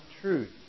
truth